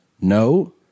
no